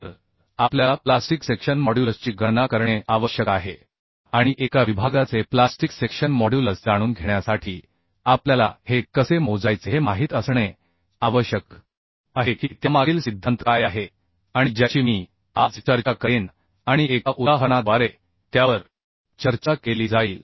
तर आपल्याला plastic section मॉड्युलसची गणना करणे आवश्यक आहे आणि एका विभागाचे प्लास्टिक सेक्शन मॉड्युलस जाणून घेण्यासाठी आपल्याला हे कसे मोजायचे हे माहित असणे आवश्यक आहे की त्यामागील सिद्धांत काय आहे आणि ज्याची मी आज चर्चा करेन आणि एका व्यायाम उदाहरणाद्वारे त्यावर चर्चा केली जाईल